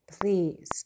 please